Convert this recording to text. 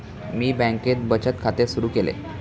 मी बँकेत बचत खाते सुरु केले